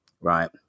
right